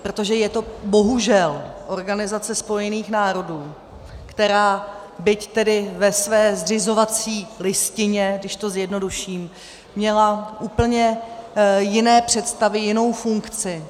Protože je to bohužel Organizace spojených národů, která byť tedy ve své zřizovací listině, když to zjednoduším, měla úplně jiné představy, jinou funkci.